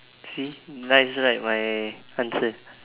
see nice right my answers